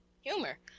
Humor